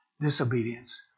disobedience